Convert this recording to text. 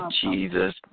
Jesus